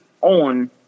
on